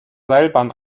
seilbahn